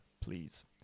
please